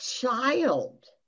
child